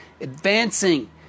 advancing